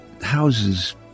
houses